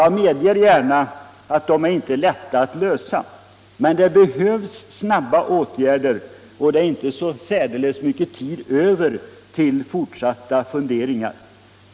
Ja, jag medger gärna att de inte är lätta att lösa. Men det behövs snara åtgärder, och det är inte särdeles mycket tid kvar för fortsatta funderingar.